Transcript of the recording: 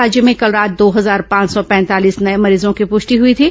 राज्य में कल रात दो हजार पांच सौ पैंतालीस नये मरीजों की पृष्टि हई थी